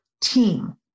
team